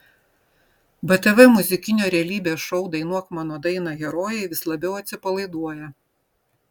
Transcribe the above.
btv muzikinio realybės šou dainuok mano dainą herojai vis labiau atsipalaiduoja